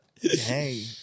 Hey